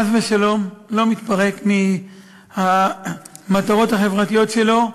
צה"ל, חס ושלום, לא מתפרק מהמטרות החברתיות שלו.